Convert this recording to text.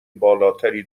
بالاتری